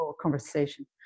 conversation